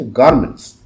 garments